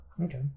Okay